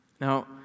Now